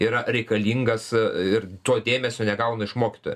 yra reikalingas ir to dėmesio negauna iš mokytojo